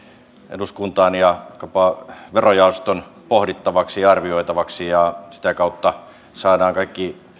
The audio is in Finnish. eduskuntaan ja vaikkapa verojaoston pohdittavaksi ja arvioitavaksi ja sitä kautta saamme kaikki